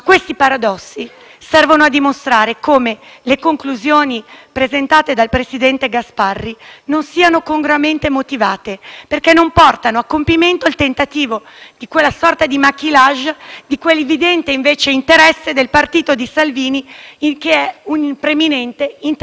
non siano congruamente motivate, perché non portano a compimento il tentativo di quella sorta di *maquillage* di quell'evidente interesse del partito di Salvini che è il preminente interesse pubblico. Questa similitudine non c'è, le due cose non coincidono.